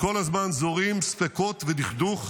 שכל הזמן זורעים ספקות ודכדוך.